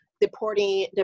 deporting